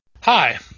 Hi